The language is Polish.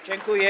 Dziękuję.